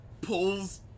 pulls